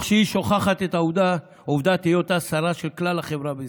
היא שוכחת את עובדת היותה שרה של כלל החברה בישראל,